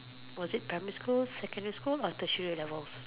was it primary school secondary school or Tertiary levels